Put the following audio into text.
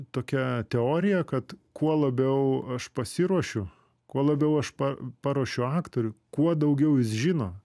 tokia teorija kad kuo labiau aš pasiruošiu kuo labiau aš pa paruošiu aktorių kuo daugiau jis žino